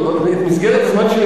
במסגרת הזמן שלי,